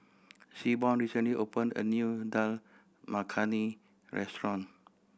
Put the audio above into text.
Seaborn recently opened a new Dal Makhani Restaurant